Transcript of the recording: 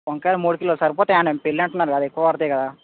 వంకాయలు మూడు కిలోలు సరిపోతాయి అండి మరి పెళ్ళి అంటున్నారు కదా ఎక్కువ పడతాయి కదా